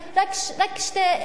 תודה רבה.